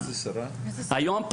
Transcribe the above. היום,